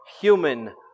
human